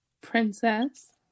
Princess